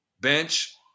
bench